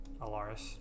Alaris